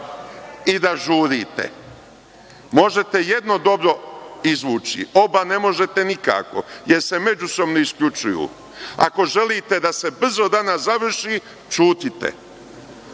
i da žurite. Možete jedno dobro izvući, oba ne možete nikako jer se međusobno isključuju. Ako želite da se brzo danas završi, ćutite.